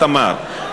תמר,